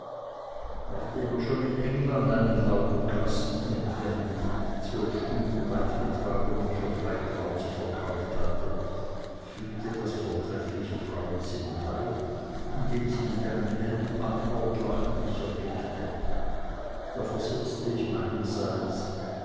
nachdem er schon in england einen lautenkasten entwendet zwölf stunden weit getragen und für drei kreuzer verkauft hatte fügte das vortreffliche frauenzimmer bei indem sie mit einem hellen antwortlachen mich anblickte da versetzte ich meinerseits